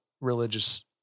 religious